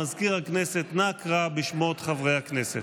מזכיר הכנסת, אנא קרא בשמות חברי הכנסת.